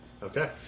Okay